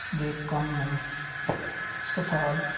ਦੇ ਕੰਮ ਸਫਾਲ